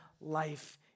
life